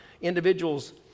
individuals